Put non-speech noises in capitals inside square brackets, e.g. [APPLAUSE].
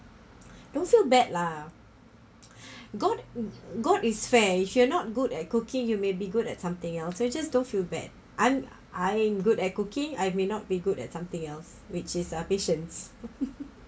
don't feel bad lah [NOISE] [BREATH] god god is fair if you're not good at cooking you may be good at something else so just don't feel bad I'm I good at cooking I may not be good at something else which is ah patient [LAUGHS]